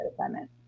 Assignment